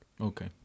Okay